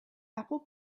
apple